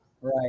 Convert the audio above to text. Right